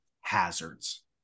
Hazards